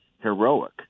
heroic